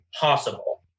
possible